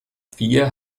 vier